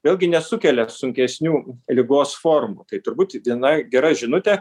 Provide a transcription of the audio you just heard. vėlgi nesukelia sunkesnių ligos formų tai turbūt viena gera žinutė